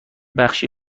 بخشی